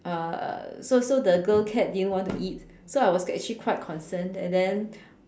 uh uh so so the girl cat didn't want to eat so I was actually quite concerned and then